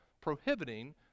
prohibiting